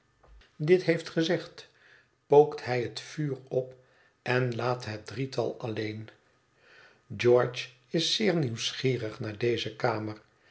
dit heeft gezegd pookt hij het vuur op en laat het drietal alleen george is zeer nieuwsgierig naar deze kamer